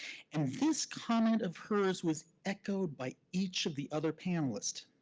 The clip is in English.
and this comment of hers was echoed by each of the other panelists.